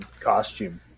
costume